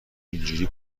اینجوری